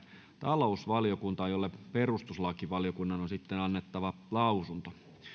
talousvaliokuntaan jolle perustuslakivaliokunnan on annettava lausunto